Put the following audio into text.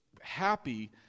happy